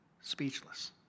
speechless